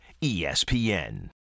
ESPN